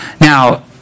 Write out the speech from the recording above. Now